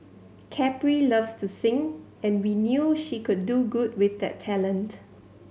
Capri loves to sing and we knew she could do good with that talent